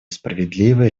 справедливое